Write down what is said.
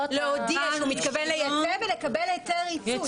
להודיע שהוא מתכוון לייצא ולקבל היתר ייצוא.